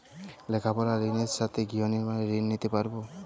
লেখাপড়ার ঋণের সাথে গৃহ নির্মাণের ঋণ নিতে পারব?